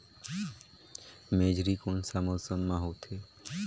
मेझरी कोन सा मौसम मां होथे?